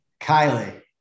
Kylie